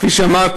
כפי שאמרתי,